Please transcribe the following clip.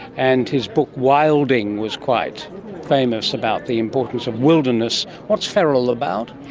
and his book wilding was quite famous, about the importance of wilderness. what's feral about?